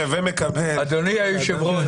אדוני היושב ראש,